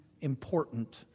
important